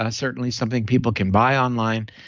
ah certainly something people can buy online.